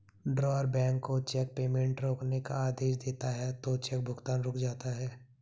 drawer bank को cheque payment रोकने का आदेश देता है तो चेक भुगतान रुक जाता है